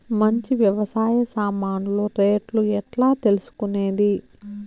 మంచి వ్యవసాయ సామాన్లు రేట్లు ఎట్లా తెలుసుకునేది?